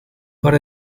par